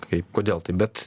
kaip kodėl taip bet